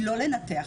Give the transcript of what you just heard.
היא לנתח.